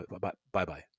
Bye-bye